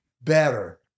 better